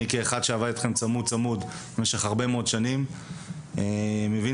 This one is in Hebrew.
כאחד שעבד איתכם צמוד-צמוד במשך הרבה שנים אני מבין